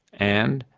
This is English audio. and,